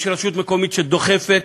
יש רשות מקומית שדוחפת,